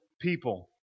people